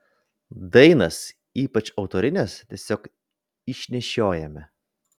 dainas ypač autorines tiesiog išnešiojame